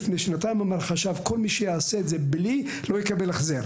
ולפני שנתיים החשב אמר שכל מי שיעשה את זה בלי לא יקבל החזר.